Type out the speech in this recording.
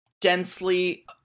densely